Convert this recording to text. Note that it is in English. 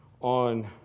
on